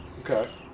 Okay